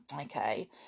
Okay